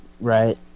Right